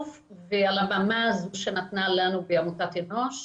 ועל הבמה הזאת שניתנה לנו בעמותת אנוש.